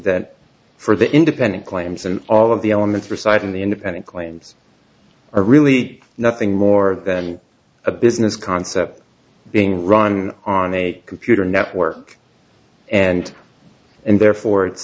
that for the independent claims and all of the elements reciting the independent claims are really nothing more than a business concept being run on a computer network and and therefore it's